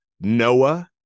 Noah